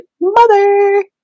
mother